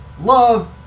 love